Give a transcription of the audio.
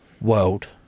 world